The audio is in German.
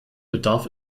bedarf